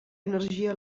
energia